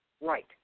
right